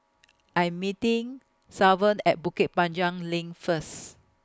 I'm meeting Sylvan At Bukit Panjang LINK First